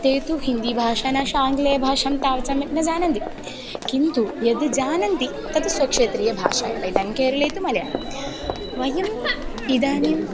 ते तु हिन्दीभाषा न आङ्ग्लेयभाषां तावत् सम्यक् न जानन्ति किन्तु यद् जानन्ति तत् स्वक्षेत्रीयभाषायाम् इदानीं केरले तु मलयाळ वयम् इदानीम्